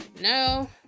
no